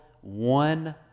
One